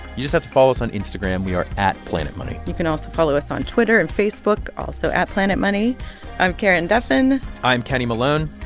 you just have to follow us on instagram. we are at planetmoney you can also follow us on twitter and facebook also at planetmoney. i'm karen duffin i'm kenny malone.